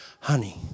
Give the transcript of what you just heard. Honey